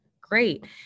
Great